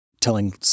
telling